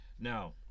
Now